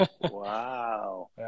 Wow